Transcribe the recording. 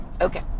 Okay